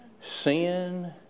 sin